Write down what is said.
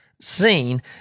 seen